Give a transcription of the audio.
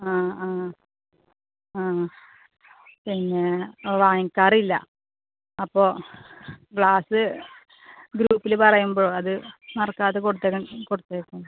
ആ ആ ആ പിന്നെ വാങ്ങിക്കാറില്ല അപ്പോൾ ഗ്ലാസ് ഗ്രൂപ്പിൽ പറയുമ്പോൾ അത് മറക്കാതെ കൊടുത്ത കൊടുത്തയയ്ക്ക്